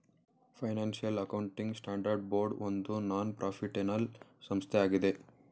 financial accounting standard board ಒಂದು non ಪ್ರಾಫಿಟ್ಏನಲ್ ಸಂಸ್ಥೆಯಾಗಿದೆ